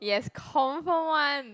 yes confirm one